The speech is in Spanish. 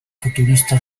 futurista